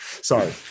Sorry